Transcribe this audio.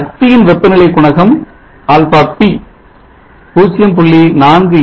சக்தியின் வெப்பநிலை குணகம் αp 0